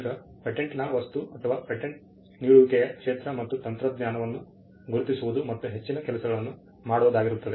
ಈಗ ಪೇಟೆಂಟ್ನ ವಸ್ತು ಅಥವಾ ಪೇಟೆಂಟ್ ನೀಡುವಿಕೆಯ ಕ್ಷೇತ್ರ ಮತ್ತು ತಂತ್ರಜ್ಞಾನವನ್ನು ಗುರುತಿಸುವುದು ಮತ್ತು ಹೆಚ್ಚಿನ ಕೆಲಸಗಳನ್ನು ಮಾಡುವುದಾಗಿರುತ್ತದೆ